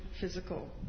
physical